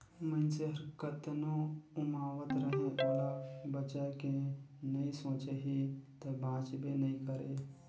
मइनसे हर कतनो उमावत रहें ओला बचाए के नइ सोचही त बांचबे नइ करे